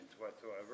whatsoever